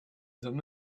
them